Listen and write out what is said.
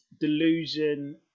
delusion